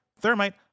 Thermite